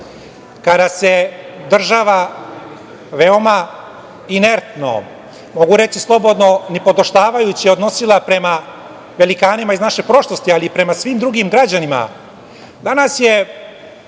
kada se država veoma inertno, mogu reći slobodno, nipodaštavajuće odnosila prema velikanima iz naše prošlosti, ali i prema svim drugim građanima, danas je